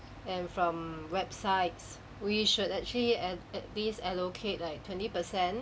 and from websites we should actually at at least allocate like twenty percent